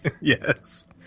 Yes